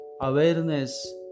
awareness